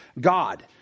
god